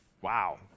Wow